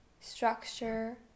structure